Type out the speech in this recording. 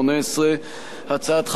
הצעת חברי הכנסת משה גפני,